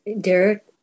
Derek